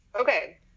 Okay